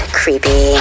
creepy